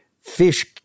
fish